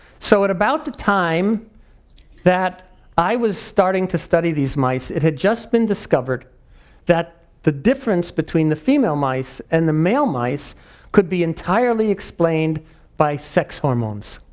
so at about the time that i was starting to study these mice it had just been discovered that the difference between the female mice and the male mice could be entirely explained by sex hormones.